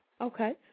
Okay